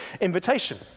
invitation